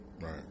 Right